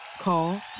Call